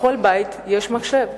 בכל בית יש מחשב,